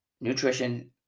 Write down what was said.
Nutrition